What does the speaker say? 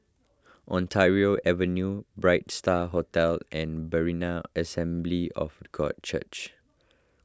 Ontario Avenue Bright Star Hotel and Berean Assembly of God Church